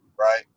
right